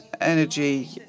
energy